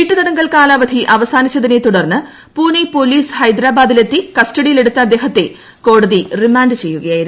വീട്ടുതടങ്കൽ കാലാവധി അവസാനിച്ചതിനെ തുടർന്ന് പൂണെ പോലീസ് ഹൈദരാബാദിൽ എത്തി കസ്റ്റഡിയിലെടുത്ത അദ്ദേഹത്തെ കോടതി റിമാന്റ് ചെയ്യുകയായിരുന്നു